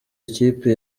ikipe